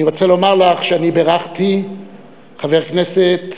אני רוצה לומר לך שאני בירכתי חברי כנסת,